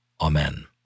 Amen